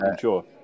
sure